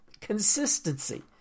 consistency